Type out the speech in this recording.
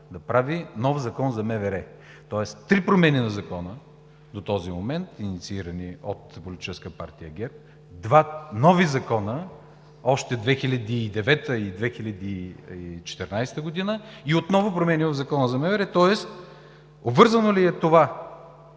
да прави нов закон за МВР, тоест три промени на Закона до този момент, инициирани от политическа партия ГЕРБ, два нови закона още 2009-а и 2014-а година, и отново промени в Закона за МВР. Тоест, обвързано ли е това